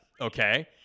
okay